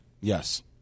Yes